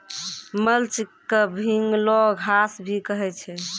mulch क भींगलो घास भी कहै छै